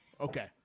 Okay